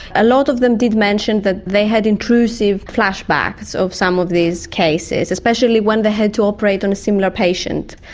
a lot of them did mention that they had intrusive flashbacks of some of these cases, especially when they had to operate on a similar patient.